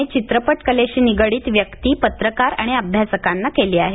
ने चित्रपट कलेशी निगडित व्यक्ती पत्रकार आणि अभ्यासकांना केली आहे